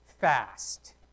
fast